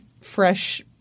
fresh